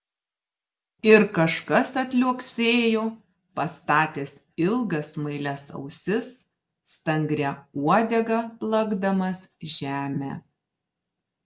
ir kažkas atliuoksėjo pastatęs ilgas smailias ausis stangria uodega plakdamas žemę